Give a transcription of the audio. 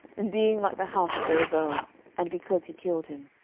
in being like the house of jeroboam and because he killed him.